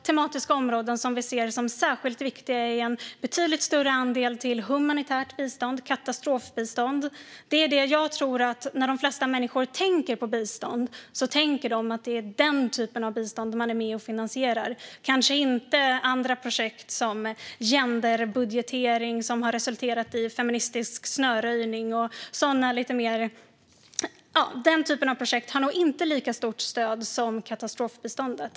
Tematiska områden som vi ser som särskilt viktiga är en betydligt större andel till humanitärt bistånd och katastrofbistånd. När det flesta människor tänker på bistånd så tänker de att det är den typen av bistånd de är med och finansierar. Det är kanske inte andra projekt som genderbudgetering som har resulterat i feministisk snöröjning. Den typen av projekt har nog inte lika stort stöd som katastrofbiståndet.